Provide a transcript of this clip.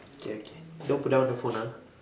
okay okay don't put down the phone ah